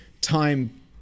time